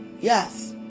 Yes